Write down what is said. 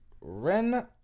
Ren